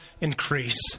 increase